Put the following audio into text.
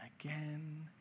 again